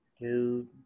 dude